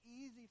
easy